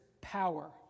power